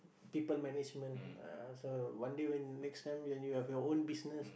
people management ah so one day when next time when you have your own business